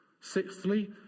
Sixthly